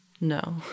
No